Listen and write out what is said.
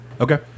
okay